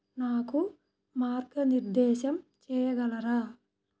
నాకు మార్గనిర్దేశం చేయగలరా